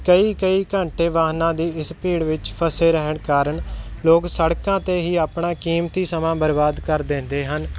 ਕਈ ਕਈ ਘੰਟੇ ਵਾਹਨਾਂ ਦੀ ਇਸ ਭੀੜ ਵਿੱਚ ਫਸੇ ਰਹਿਣ ਕਾਰਨ ਲੋਕ ਸੜਕਾਂ 'ਤੇ ਹੀ ਆਪਣਾ ਕੀਮਤੀ ਸਮਾਂ ਬਰਬਾਦ ਕਰ ਦਿੰਦੇ ਹਨ